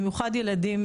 במיוחד ילדים,